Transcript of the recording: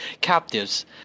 captives